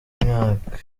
myaka